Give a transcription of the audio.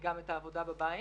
גם את העבודה בבית.